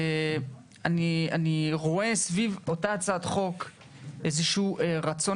אני רואה סביב אותה הצעת חוק איזשהו רצון